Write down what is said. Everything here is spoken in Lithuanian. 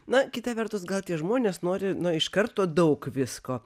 na kita vertus gal tie žmonės nori iš karto daug visko